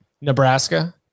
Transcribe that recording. Nebraska